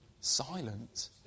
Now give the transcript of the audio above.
Silent